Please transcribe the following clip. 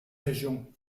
région